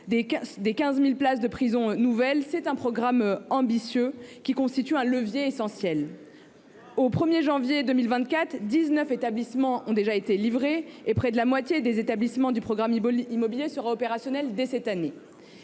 nouvelles places de prison constitue un programme ambitieux et un levier essentiel. Au 1 janvier 2024, dix neuf établissements ont déjà été livrés, et près de la moitié des établissements du programme immobilier seront opérationnels dès cette année.